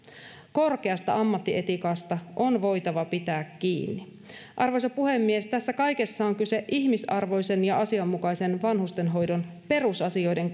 korkeasta ammattietiikasta on voitava pitää kiinni arvoisa puhemies tässä kaikessa on kyse ihmisarvoisen ja asianmukaisen vanhustenhoidon perusasioiden